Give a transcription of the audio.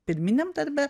pirminiam darbe